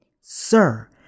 Sir